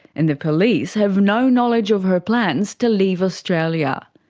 and the police have no knowledge of her plans to leave australia.